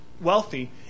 wealthy